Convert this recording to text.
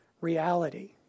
reality